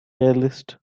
playlist